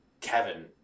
kevin